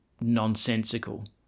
nonsensical